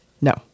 No